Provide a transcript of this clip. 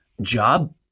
job